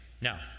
Now